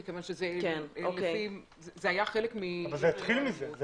זה התחיל מעיר ללא אלימות.